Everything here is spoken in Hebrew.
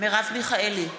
מרב מיכאלי,